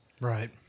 Right